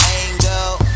angle